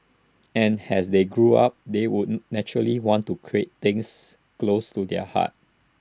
and has they grew up they would naturally want to create things close to their heart